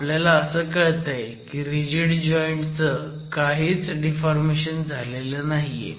आपल्याला असं कळतंय की रिजिड जॉईंट च काहीच डिफॉर्मेशन झालेलं नाहीये